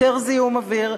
יותר זיהום אוויר,